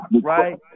right